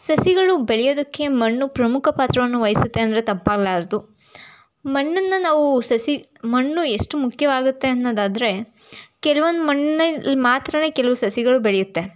ಸಸಿಗಳು ಬೆಳೆಯೋದಕ್ಕೆ ಮಣ್ಣು ಪ್ರಮುಖ ಪಾತ್ರವನ್ನು ವಹಿಸುತ್ತೆ ಅಂದರೆ ತಪ್ಪಾಗಲಾರದು ಮಣ್ಣನ್ನು ನಾವು ಸಸಿ ಮಣ್ಣು ಎಷ್ಟು ಮುಖ್ಯವಾಗುತ್ತೆ ಅನ್ನೋದಾದರೆ ಕೆಲವೊಂದು ಮಣ್ಣಲ್ಲಿ ಮಾತ್ರವೇ ಕೆಲವು ಸಸಿಗಳು ಬೆಳೆಯುತ್ತೆ